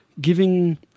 giving